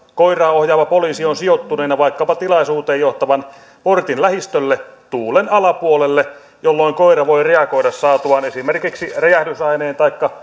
koiraa ohjaava poliisi ovat sijoittuneina vaikkapa tilaisuuteen johtavan portin lähistölle tuulen alapuolelle jolloin koira voi reagoida saatuaan esimerkiksi räjähdysaineen taikka